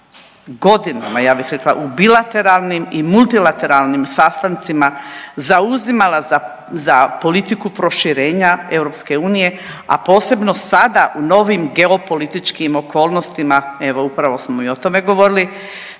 godinama ja bih rekla u bilateralnim i multilateralnim sastancima zauzimala za politiku proširenja EU a posebno sada u novim geopolitičkim okolnostima. Evo upravo smo i o tome govorili,